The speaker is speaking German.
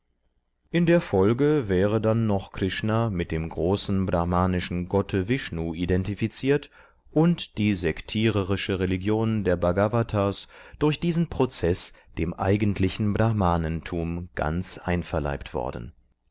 in der folge wäre dann noch krishna mit dem großen brahmanischen gotte vishnu identifiziert und die sektiererische religion der bhgavatas durch diesen prozeß dem eigentlichen brahmanentum ganz einverleibt worden